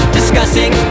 Discussing